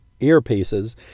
earpieces